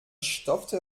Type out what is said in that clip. stopfte